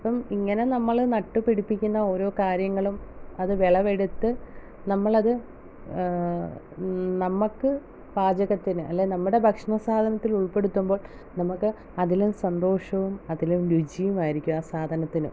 ഇപ്പം ഇങ്ങനെ നമ്മൾ നട്ടു പിടിപ്പിക്കുന്ന ഓരോ കാര്യങ്ങളും അത് വിളവെടുത്ത് നമ്മളത് നമുക്ക് പാചകത്തിന് അല്ലെൽ നമ്മുടെ ഭക്ഷണ സാധനത്തിൽ ഉൾപെടുത്തുമ്പോൾ നമുക്ക് അതിലും സന്തോഷോം അതിലും രുചിയും ആയിരിക്കും ആ സാധനത്തിന്